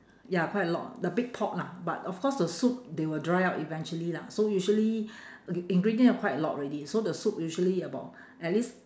ya quite a lot the big pot lah but of course the soup they will dry up eventually lah so usually in~ ingredient are quite a lot already so the soup usually about at least